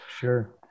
Sure